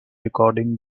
recording